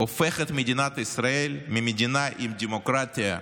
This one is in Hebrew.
הופכת את מדינת ישראל ממדינה עם דמוקרטיה,